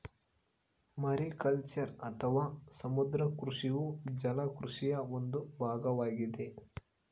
mariculture ಅಥವಾ ಸಮುದ್ರ ಕೃಷಿಯು ಜಲ ಕೃಷಿಯ ಒಂದು ಭಾಗವಾಗಿದೆ